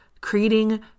creating